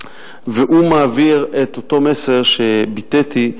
והוא מעביר את אותו מסר שביטאתי,